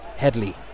Headley